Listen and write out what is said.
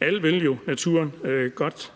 Alle vil jo naturen det